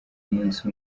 umunsi